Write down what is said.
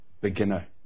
beginner